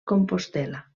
compostel·la